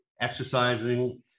exercising